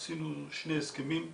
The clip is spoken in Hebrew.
עשינו שני הסכמים,